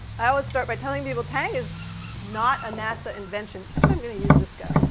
i always start by telling people, tang is not a nasa invention. actually i'm gonna use this guy.